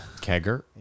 Kegger